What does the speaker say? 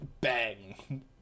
Bang